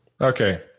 Okay